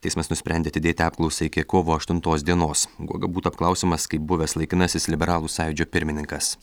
teismas nusprendė atidėti apklausą iki kovo aštuntos dienos guoga būtų apklausiamas kaip buvęs laikinasis liberalų sąjūdžio pirmininkas